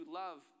love